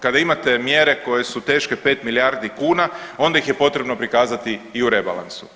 Kada imate mjere koje su teške 5 milijardi kuna onda ih je potrebno prikazati i u rebalansu.